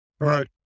right